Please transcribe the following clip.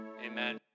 amen